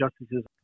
justices